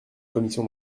commission